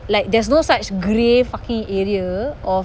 like there's no such grey fucking area of